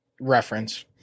reference